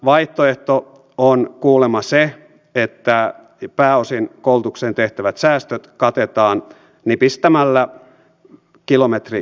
vaihtoehto on kuulemma se että pääosin koulutukseen tehtävät säästöt katetaan nipistämällä kilometrikorvauksista